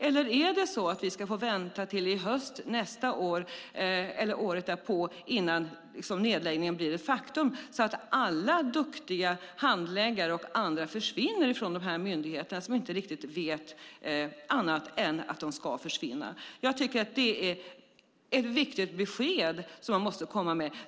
Eller är det så att vi ska få vänta till hösten nästa år eller året därpå innan nedläggningen blir ett faktum, så att alla duktiga handläggare och andra försvinner från de här myndigheterna därför att de inte vet något annat än att de ska försvinna? Jag tycker att det är ett viktigt besked som man måste komma med.